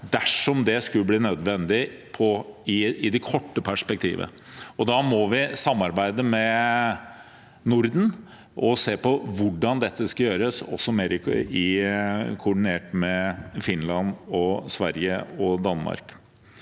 dersom det skulle bli nødvendig i et kort perspektiv. Da må vi samarbeide med Norden og se på hvordan dette skal gjøres, også koordinert med Finland, Sverige og Danmark.